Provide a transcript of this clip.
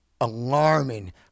alarming